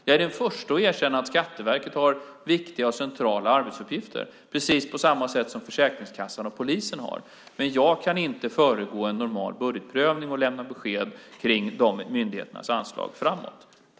Jag är den förste att erkänna att Skatteverket har viktiga och centrala arbetsuppgifter, precis på samma sätt som Försäkringskassan och polisen har det. Men jag kan inte föregripa en normal budgetprövning och lämna besked om dessa myndigheters anslag framåt.